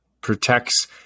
protects